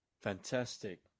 Fantastic